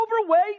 overweight